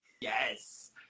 Yes